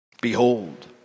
Behold